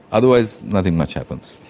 otherwise nothing much happens.